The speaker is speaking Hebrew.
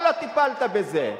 למה לא טיפלת בזה?